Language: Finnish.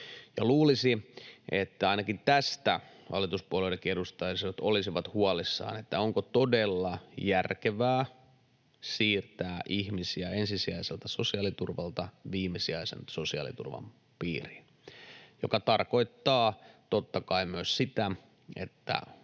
luulisi, että ainakin tästä hallituspuolueidenkin edustajat olisivat huolissaan, onko todella järkevää siirtää ihmisiä ensisijaiselta sosiaaliturvalta viimesijaisen sosiaaliturvan piiriin, mikä tarkoittaa, totta kai, myös sitä, että